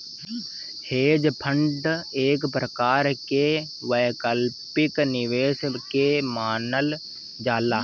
hedge fund एक प्रकार के वैकल्पिक निवेश के मानल जाला